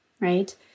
right